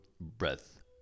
breath